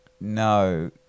No